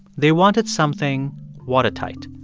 they wanted something watertight.